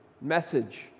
message